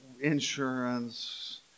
insurance